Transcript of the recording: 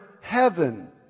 heaven